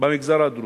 במגזר הדרוזי,